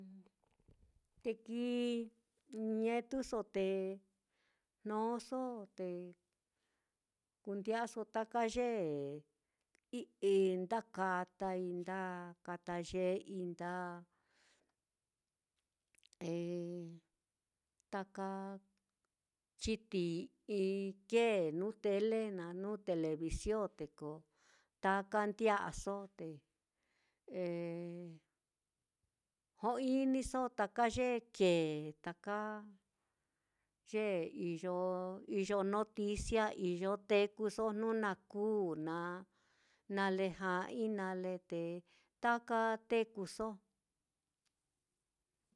Te kii ɨ́ɨ́n nietuso te jnoso te kunde'aso taka ye i'í, nda katai, nda kata ye'ei nda taka chitií i kee nuu tele naá, nuu television te ko taka nde'aso te jo-iniso taka ye kee taka ye iyo iyo noticia iyo, tekuso jnu na kuu naá, nale ja'ai, nale te taka tekuso.